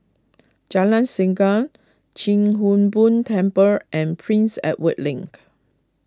Jalan Segam Chia Hung Boo Temple and Prince Edward Link